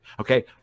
Okay